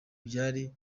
byari